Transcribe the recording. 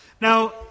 Now